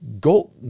go